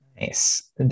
Nice